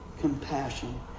Compassion